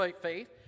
faith